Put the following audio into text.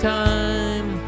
time